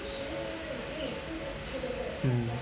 mm